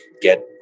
get